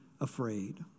afraid